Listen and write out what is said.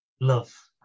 love